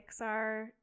Pixar